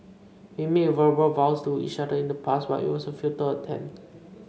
we made verbal vows to each other in the past but it was a futile attempt